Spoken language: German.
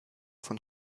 von